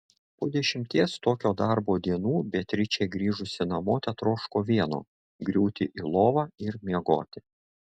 po dešimties tokio darbo dienų beatričė grįžusi namo tetroško vieno griūti į lovą ir miegoti